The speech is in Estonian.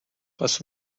kas